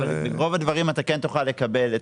אבל ברוב הדברים אתה כן תוכל לקבל את